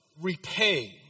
repay